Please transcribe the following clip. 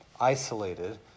isolated